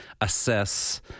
assess